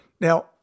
Now